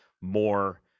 more